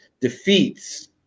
defeats